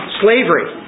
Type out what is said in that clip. slavery